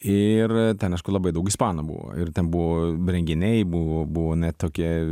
ir ten aišku labai daug ispanų buvo ir ten buvo renginiai buvo buvo net tokie